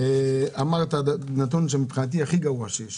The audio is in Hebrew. אמר את הנתון שמבחינתי הכי גרוע שיש.